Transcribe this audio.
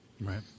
Right